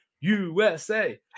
USA